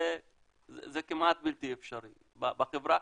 זה כמעט בלתי אפשרי בחברה,